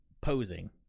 posing